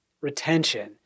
retention